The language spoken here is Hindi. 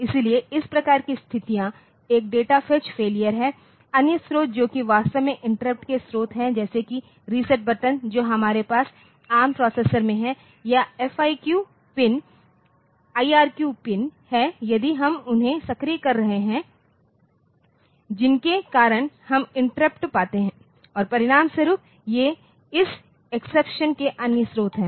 इसलिए इस प्रकार की स्थितियां एक डेटा फेच फेलियर हैं अन्य स्रोत जो कि वास्तव में इंटरप्ट के स्रोत हैं जैसे कि रीसेट बटन जो हमारे पास एआरएम प्रोसेसर में हैं या FIQ पिन IRQ पिन है यदि हम उन्हें सक्रिय कर रहे हैं जिनके कारण हम इंटरप्ट पाते है और परिणामस्वरूप ये इस एक्सेप्शन के अन्य स्रोत हैं